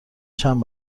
چند